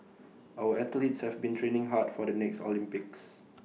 our athletes have been training hard for the next Olympics